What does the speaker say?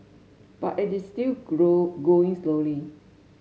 but it is still grow going slowly